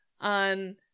on